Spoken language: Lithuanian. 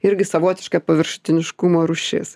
irgi savotiška paviršutiniškumo rūšis